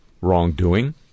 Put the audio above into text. wrongdoing